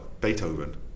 Beethoven